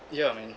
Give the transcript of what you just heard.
ya man